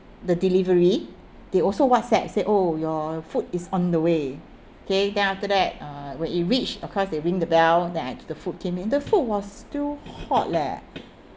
the delivery they also whatsapp said oh your food is on the way okay then after that uh when it reached of course they ring the bell then I the food came in the food was still hot leh